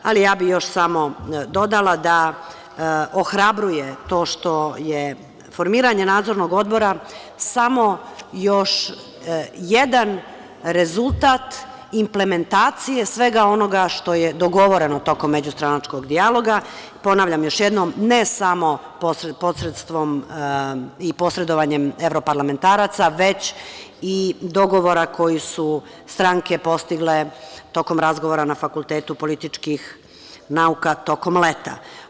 Ali ja bih još samo dodala da ohrabruje to što je formiranje Nadzornog odbora samo još jedan rezultat implementacije svega onoga što je dogovoreno tokom međustranačkog dijaloga, ponavljam još jednom, ne samo posredstvom i posredovanjem evroparlamentaraca, već i dogovora koji su stranke postigle tokom razgovora na FPN tokom leta.